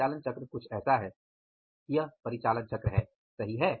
परिचालन चक्र कुछ ऐसा है यह परिचालन चक्र है सही है